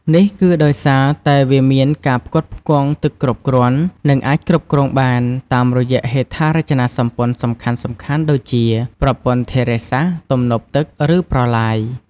នេះគឺដោយសារតែវាមានការផ្គត់ផ្គង់ទឹកគ្រប់គ្រាន់ និងអាចគ្រប់គ្រងបាន តាមរយៈហេដ្ឋារចនាសម្ព័ន្ធសំខាន់ៗដូចជា ប្រព័ន្ធធារាសាស្ត្រ ទំនប់ទឹក ឬប្រឡាយ។